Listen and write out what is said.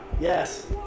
yes